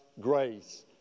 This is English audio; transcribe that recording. grace